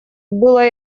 было